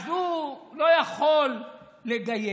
אז הוא לא יכול לגייר